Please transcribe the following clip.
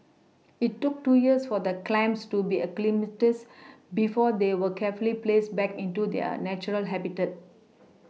it took two years for the clams to be acclimatised before they were carefully placed back into their natural habitat